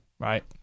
Right